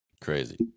Crazy